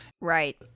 Right